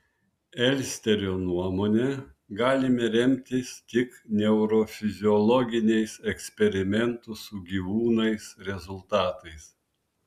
elsterio nuomone galime remtis tik neurofiziologiniais eksperimentų su gyvūnais rezultatais